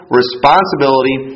responsibility